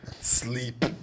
sleep